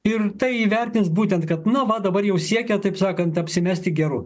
ir tai įvertins būtent kad na va dabar jau siekia taip sakant apsimesti geru